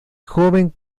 joven